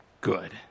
good